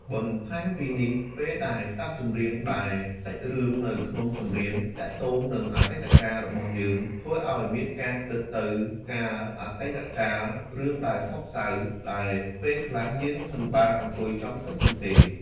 បន្ថែមពីនេះពេលដែលស្តាប់ចម្រៀងដែលសាច់រឿងនៅក្នុងចម្រៀងទាក់ទងនឹងអតីតកាលរបស់យើង ធ្វើឱ្យមានការគិតទៅកាលអតីតកាលរឿងដែលសោកសៅ ដែលពេលខ្លះយើងមិនបានអង្គុយចង់គិតនោះទេ។